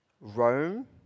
Rome